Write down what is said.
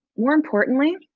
more importantly